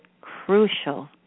crucial